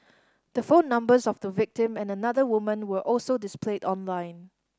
the phone numbers of the victim and another woman were also displayed online